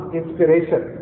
inspiration